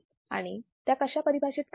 आणि त्या कशा परिभाषेत करतात